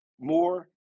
more